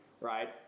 Right